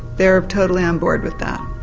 they are totally on board with that.